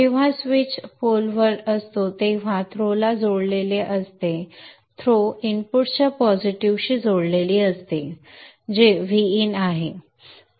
जेव्हा स्विच पोलवर असतो तेव्हा थ्रोला जोडलेले असते थ्रो इनपुटच्या पॉझिटिव्हशी जोडलेले असते जे Vin आहे